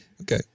Okay